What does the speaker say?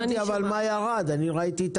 אבל אני לא הבנתי מה ירד.